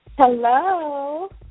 hello